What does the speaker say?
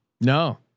No